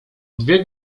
dwie